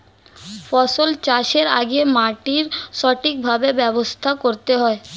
ফসল চাষের আগে মাটির সঠিকভাবে ব্যবস্থা করতে হয়